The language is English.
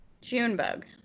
Junebug